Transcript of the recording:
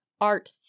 art